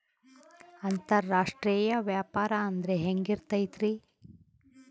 ಅಂತರಾಷ್ಟ್ರೇಯ ವ್ಯಾಪಾರ ಅಂದ್ರೆ ಹೆಂಗಿರ್ತೈತಿ?